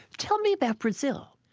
tell me about brazil